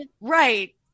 Right